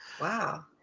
Wow